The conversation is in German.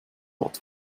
wort